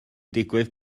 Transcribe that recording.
digwydd